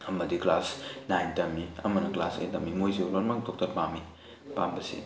ꯑꯃꯗꯤ class nine ꯇꯝꯃꯤ ꯑꯃꯅ ꯀ꯭ꯂꯥꯁ ꯑꯩꯠ ꯇꯝꯃꯤ ꯃꯣꯏꯁꯨ ꯂꯣꯏꯃꯛ ꯗꯣꯛꯇꯔ ꯄꯥꯝꯃꯤ ꯄꯥꯝꯕꯁꯤ